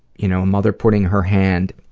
you know a mother putting her hand